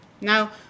Now